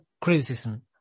criticism